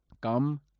come